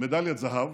מדליית זהב